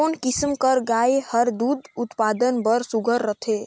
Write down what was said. कोन किसम कर गाय हर दूध उत्पादन बर सुघ्घर रथे?